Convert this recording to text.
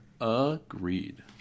Agreed